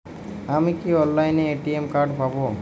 আমি কি অনলাইনে এ.টি.এম কার্ড পাব?